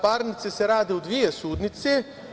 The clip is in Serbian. Parnice se rade u dve sudnice.